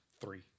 Three